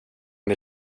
med